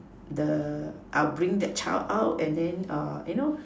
the I will bring that child out and then err you know